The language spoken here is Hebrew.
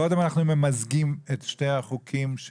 קודם אנחנו ממזגים את שתי הצעות החוק של